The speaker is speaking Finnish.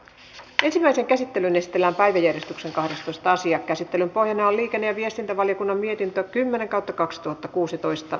tunsin sen käsittelyyn esitellään päiväjärjestyksen kahdestoista sija käsittelyn pohjana liikenneviestintävaliokunnan mietintö kymmenen kautta kaksituhattakuusitoista